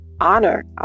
honor